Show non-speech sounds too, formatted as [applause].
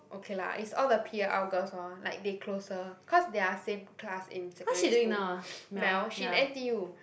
okay lah it's all the p_a_l girls lor like they closer cause they are same class in secondary school [noise] Mel she in n_t_u